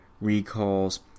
recalls